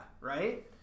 right